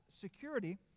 security